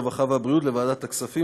הרווחה והבריאות לוועדת הכספים.